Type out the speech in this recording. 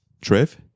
Trev